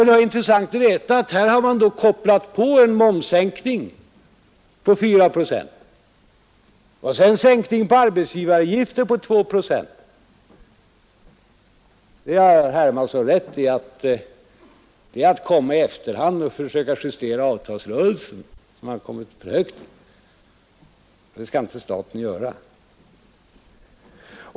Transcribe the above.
Det var intressant att veta att man här har kopplat på en momssänkning på 4 procent och en sänkning av arbetsgivaravgifterna på 2 procent. Herr Hermansson har rätt i att detta är att komma i efterhand och försöka justera resultaten av avtalsrörelsen, som har kommit för högt, och det skall inte staten göra.